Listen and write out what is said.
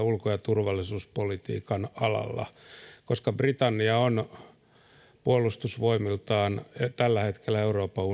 ulko ja turvallisuuspolitiikan alalla brexitin toteutuessa koska britannia on puolustusvoimiltaan tällä hetkellä euroopan